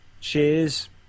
Cheers